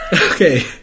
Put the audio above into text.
Okay